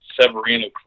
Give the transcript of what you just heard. Severino